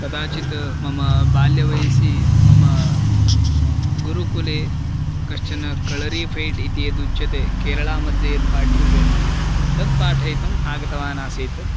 कदाचित् मम बाल्यवयसि मम गुरुकुले कश्चन कळरी फ़ैट् इति यदुच्यते केरळा मध्ये यत् पाठ्यते तत्पाठयितुम् आगतवान् आसीत्